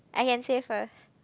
I can say first